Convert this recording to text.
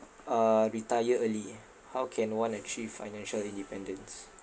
uh retire early eh how can one achieve financial independence